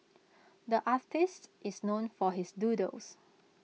the artist is known for his doodles